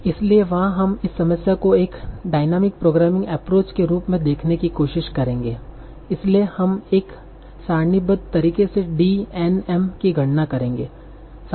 इसलिए वहां हम इस समस्या को एक डायनामिक प्रोग्रामिंग एप्रोच के रूप में देखने की कोशिश करेंगे इसलिए हम एक सारणीबद्ध तरीके से D n m की गणना करेंगे